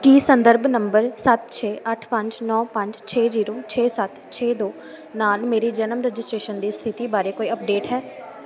ਕੀ ਸੰਦਰਭ ਨੰਬਰ ਸੱਤ ਛੇ ਅੱਠ ਪੰਜ ਨੌਂ ਪੰਜ ਛੇ ਜ਼ੀਰੋ ਛੇ ਸੱਤ ਛੇ ਦੋ ਨਾਲ ਮੇਰੀ ਜਨਮ ਰਜਿਸਟ੍ਰੇਸ਼ਨ ਦੀ ਸਥਿਤੀ ਬਾਰੇ ਕੋਈ ਅਪਡੇਟ ਹੈ